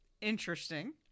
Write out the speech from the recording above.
Interesting